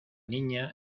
niña